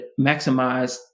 maximize